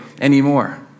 anymore